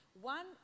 One